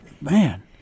man